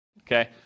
okay